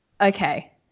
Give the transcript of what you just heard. Okay